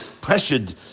pressured